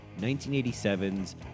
1987's